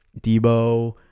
Debo